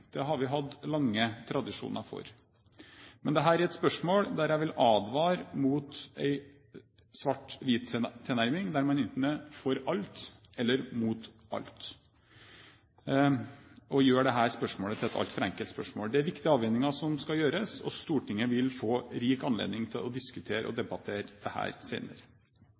Det har vi hatt lange tradisjoner for. Men dette er et spørsmål der jeg vil advare mot en svart-hvitt-tilnærming, der man enten er for alt eller mot alt, og gjøre dette spørsmålet til et altfor enkelt spørsmål. Det er viktige avveininger som må gjøres, og Stortinget vil få rik anledning til å diskutere og debattere